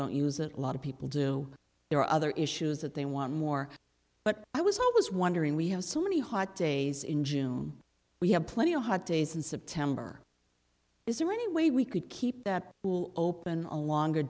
don't use a lot of people do there are other issues that they want more but i was always wondering we have so many hot days in june we have plenty of hot days in september is there any way we could keep that will open a longer